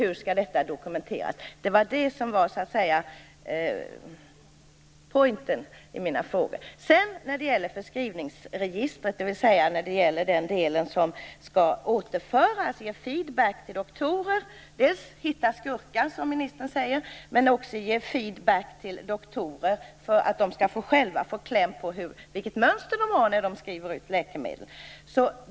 Hur skall det dokumenteras? Det var detta som var poängen med mina frågor. Syftet med förskrivningsregistret är att hitta skurkar, som ministern säger, men också att ge doktorer feed back så att de själva får kläm på sitt mönster för utskrivning av läkemedel.